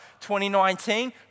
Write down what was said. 2019